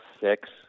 six